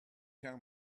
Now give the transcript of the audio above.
tell